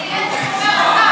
שומר הסף.